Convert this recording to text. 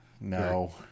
No